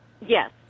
Yes